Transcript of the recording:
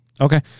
Okay